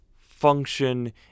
function